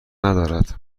ندارد